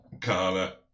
Carla